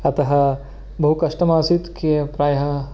अतः बहु कष्टम् आसीत् कि प्रायः